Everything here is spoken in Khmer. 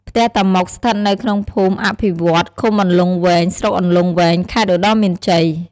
ផ្ទះតាម៉ុក ស្ថិតនៅក្នុងភូមិអភិវឌ្ឍន៍ ឃុំអន្លង់វែង ស្រុកអន្លង់វែង ខេត្តឧត្តរមានជ័យ។